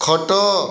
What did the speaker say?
ଖଟ